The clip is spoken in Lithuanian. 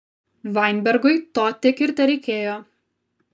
vainbergui to tik ir tereikėjo